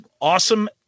awesome